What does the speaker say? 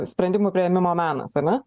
sprendimų priėmimo menas ar ne